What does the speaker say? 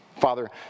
Father